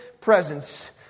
presence